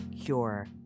cure